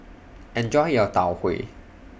Enjoy your Tau Huay